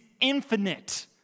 infinite